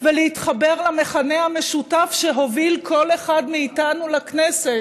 ולהתחבר למכנה המשותף שהוביל כל אחד מאיתנו לכנסת,